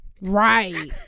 Right